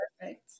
perfect